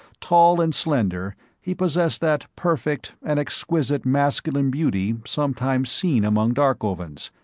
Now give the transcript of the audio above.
tall and slender, he possessed that perfect and exquisite masculine beauty sometimes seen among darkovans,